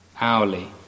hourly